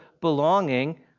belonging